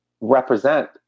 represent